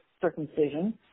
circumcision